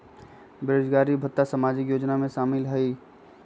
बेरोजगारी भत्ता सामाजिक योजना में शामिल ह ई?